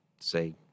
say